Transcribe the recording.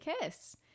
kiss